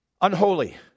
Unholy